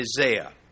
Isaiah